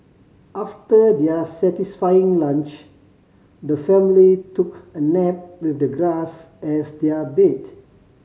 after their satisfying lunch the family took a nap with the grass as their bed